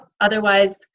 Otherwise